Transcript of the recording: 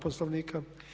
Poslovnika.